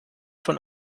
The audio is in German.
von